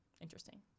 interesting